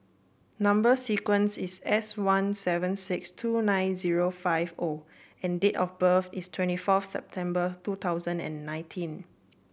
number sequence is S one seven six two nine zero five O and date of birth is twenty fourth September twenty nineteen